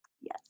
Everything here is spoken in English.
Yes